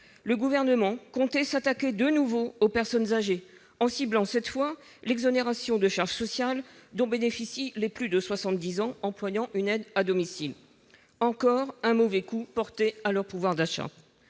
le Gouvernement comptait s'attaquer de nouveau aux personnes âgées en ciblant, cette fois, l'exonération de charges sociales dont bénéficient les plus de 70 ans employant une aide à domicile. Encore un mauvais coup porté à leur pouvoir d'achat